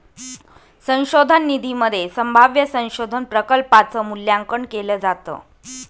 संशोधन निधीमध्ये संभाव्य संशोधन प्रकल्पांच मूल्यांकन केलं जातं